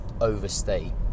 overstate